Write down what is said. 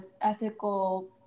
ethical